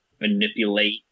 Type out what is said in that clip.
manipulate